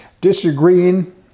Disagreeing